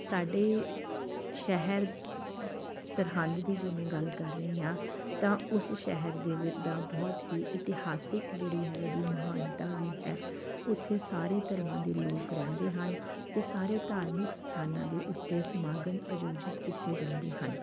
ਸਾਡੇ ਸ਼ਹਿਰ ਸਰਹੰਦ ਦੀ ਜੇ ਮੈਂ ਗੱਲ ਕਰ ਰਹੀ ਹਾਂ ਤਾਂ ਉਸ ਸ਼ਹਿਰ ਦੇ ਵਿ ਦਾ ਬਹੁਤ ਹੀ ਇਤਿਹਾਸਿਕ ਜਿਹੜੀ ਹੈ ਉਹਦੀ ਮਹਾਨਤਾ ਵੀ ਹੈ ਉਥੇ ਸਾਰੇ ਧਰਮਾਂ ਦੇ ਲੋਕ ਰਹਿੰਦੇ ਹਨ ਅਤੇ ਸਾਰੇ ਧਾਰਮਿਕ ਅਸਥਾਨਾਂ ਦੇ ਉੱਤੇ ਸਮਾਗਮ ਆਯੋਜਿਤ ਕੀਤੇ ਜਾਂਦੇ ਹਨ